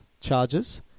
charges